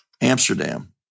Amsterdam